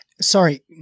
sorry